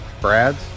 Brad's